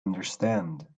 understand